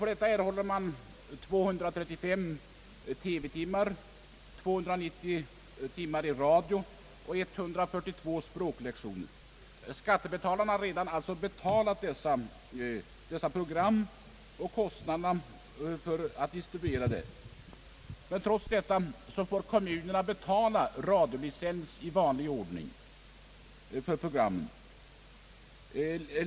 För detta får man 235 TV-timmar, 290 timmar i radio och 142 språklektioner. Skattebetalarna har alltså redan bekostat framställningen och distributionen av dessa program, men trots det får kommunerna betala radiolicens i vanlig ordning för programmen.